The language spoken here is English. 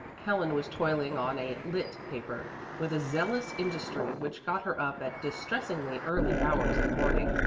helen was toiling on a lit. paper with a zealous industry which got her up at distressingly early hours in the morning,